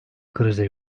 krize